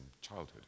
childhood